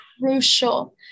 crucial